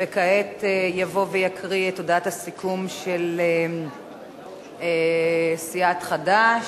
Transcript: כעת יבוא ויקריא את הודעת הסיכום של סיעת חד"ש,